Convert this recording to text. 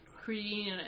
creating